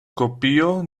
kopio